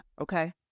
Okay